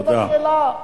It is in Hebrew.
זאת השאלה.